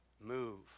move